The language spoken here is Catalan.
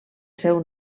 seu